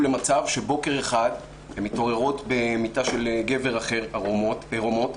למצב שבוקר אחד הן מתעוררות במיטה של גבר אחר עירומות,